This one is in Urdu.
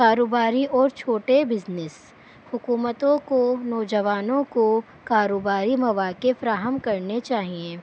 کاروباری اور چھوٹے بزنس حکومتوں کو نوجوانوں کو کاروباری مواقع فراہم کرنے چاہئیں